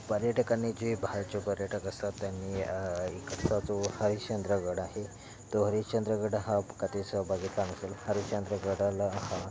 पर्यटकांनी जे बाहेरचे पर्यटक असतात त्यांनी इकडचा जो हरिश्चंद्रगड आहे तो हरिशचंद्रगड हा कधीच त्यांनी बघितला असेल हरिशचंद्रगडाला हा